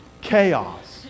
Chaos